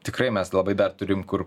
tikrai mes labai dar turim kur